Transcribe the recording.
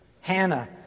Hannah